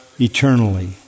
eternally